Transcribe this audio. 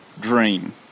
dream